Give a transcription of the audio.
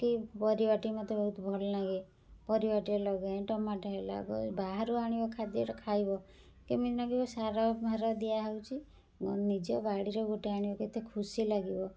କି ପରିବାଟି ମୋତେ ବହୁତ ଭଲ ଲାଗେ ପରିବାଟେ ଲଗାଇ ଟୋମାଟ ହେଲା ବାହାରୁ ଆଣିବ ଖାଦ୍ୟ ଆମିବ ଖାଇବ କେମିତି ଲାଗିବ ସାର ମାର ଦିଆ ହେଉଛି ନିଜ ବାଡ଼ିର ଗୋଟେ ଆଣିବ କେତେ ଖୁସି ଲାଗିବ